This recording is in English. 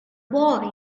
boy